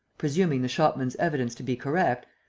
presuming the shopman's evidence to be correct,